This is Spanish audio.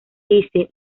dice